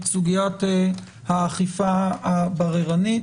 סוגיית האכיפה הבררנית.